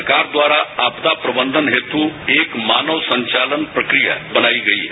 सरकार द्वारा आपदा प्रबंधन हेतु एक मानव संचालन प्रक्रिया बनाई गई है